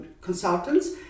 consultants